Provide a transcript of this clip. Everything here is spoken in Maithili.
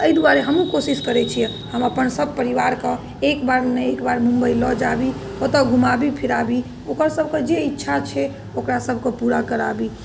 एहि दुआरे हमहुँ कोशिश करैत छियै हम अपन सभ परिवारके एक बार नहि एक बार मुम्बइ लऽ जाबी ओतऽ घुमाबी फिराबी ओकर सभकेँ जे इच्छा छै ओकरा सभकेँ पूरा कराबी